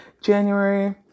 January